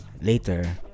later